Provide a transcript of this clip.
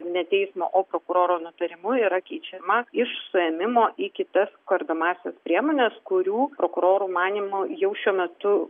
ne teismo o prokuroro nutarimu yra keičiama iš suėmimo į kitas kardomąsias priemones kurių prokurorų manymu jau šiuo metu